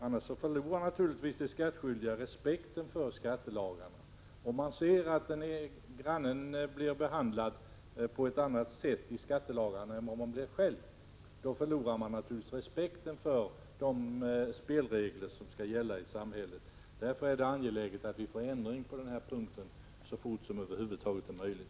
Annars förlorar naturligtvis de skattskyldiga respekten för skattelagarna. Ser man att grannen blir behandlad på ett annat sätt i skattelagarna än man själv blir behandlad, förlorar man givetvis respekten för spelreglerna i samhället. Därför är det angeläget att vi på den här punkten får en ändring till stånd så snart som det över huvud taget är möjligt.